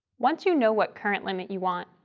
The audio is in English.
once you know what current limit you want,